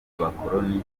abakoloni